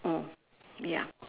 mm ya